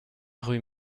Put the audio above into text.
rue